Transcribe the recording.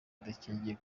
idakingiye